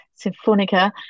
Symphonica